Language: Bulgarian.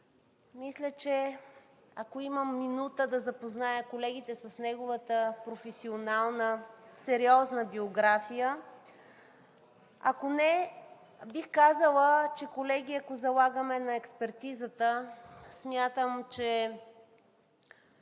Горчев. Ако имам минута да запозная колегите с неговата професионална сериозна биография. Ако не, бих казала, че колегията залагаме на експертизата, смятам, че